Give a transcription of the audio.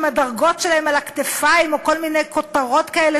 עם הדרגות שלהם על הכתפיים או כל מיני כותרות כאלה